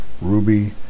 ruby